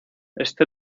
este